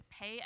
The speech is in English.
pay